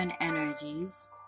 energies